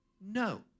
no